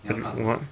你要看吗